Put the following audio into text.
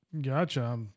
Gotcha